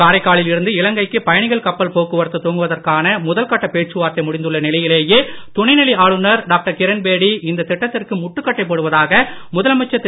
காரைக்காலில் இருந்து இலங்கைக்கு பயணிகள் கப்பல் போக்குவரத்து துவங்குவதற்கான முதல் கட்ட பேச்சுவார்த்தை முடிந்துள்ள நிலையிலேயே துணைநிலை ஆளுநர் டாக்டர் கிரண்பேடி இந்த திட்டத்திற்கு முட்டுக்கட்டை போடுவதாக முதலமைச்சர் திரு